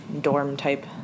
dorm-type